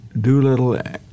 Doolittle